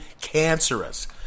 cancerous